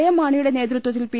M മാണിയുടെ നേതൃത്തിൽ P